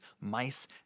mice